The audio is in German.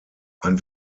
ein